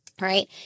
right